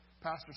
Pastor